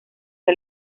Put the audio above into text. fue